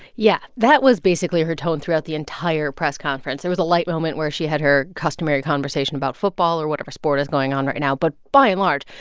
yeah. that was basically her tone throughout the entire press conference. there was a light moment where she had her customary conversation about football or whatever sport is going on right now. but by and large,